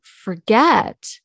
forget